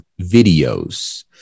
videos